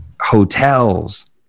hotels